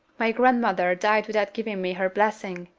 my grandmother died without giving me her blessing,